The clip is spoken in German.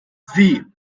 sie